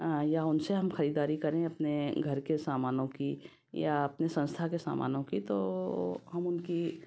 या उनसे हम खरीददारी करें अपने घर के सामानों की या अपने संस्था के सामानों की तो हम उनकी